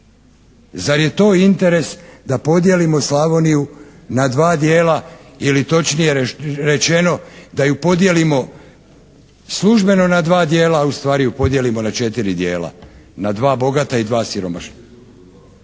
Zar je to interes da podijelimo Slavoniju na 2 dijela ili točnije rečeno, da ju podijelimo službeno na 2 dijela a ustvari ju podijelimo na 4 dijela? Na 2 bogata i 2 siromašna.